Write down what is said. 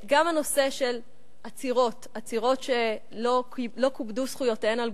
גם הנושא של עצירות שלא כובדו זכויותיהן על